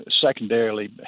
secondarily